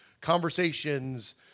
conversations